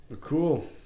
cool